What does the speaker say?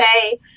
say